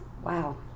wow